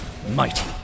Mighty